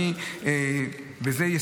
אני אסיים בזה.